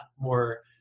more